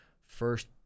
first